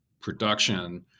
production